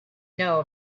know